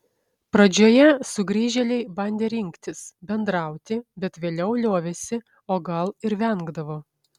pradžioje sugrįžėliai bandė rinktis bendrauti bet vėliau liovėsi o gal ir vengdavo